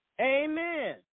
Amen